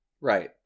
Right